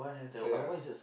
ya